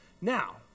Now